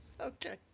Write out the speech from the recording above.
Okay